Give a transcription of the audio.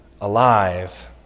alive